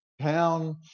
town